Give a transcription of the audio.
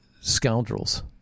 scoundrels